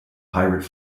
pirate